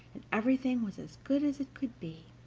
everything was as good as it could be.